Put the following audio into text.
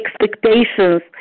expectations